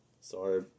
sorry